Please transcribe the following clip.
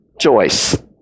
Joyce